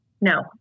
no